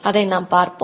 அதை நாம் பார்க்கலாம்